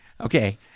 Okay